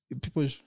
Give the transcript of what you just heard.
people